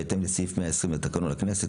בהתאם לסעיף 120 לתקנון הכנסת,